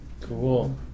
Cool